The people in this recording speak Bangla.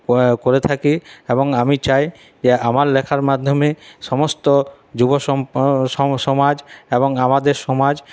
করে থাকি এবং আমি চাই যে আমার লেখার মাধ্যমে সমস্ত যুব সমাজ এবং আমাদের সমাজ